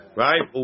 right